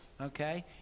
Okay